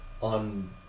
on